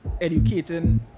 educating